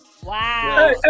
Wow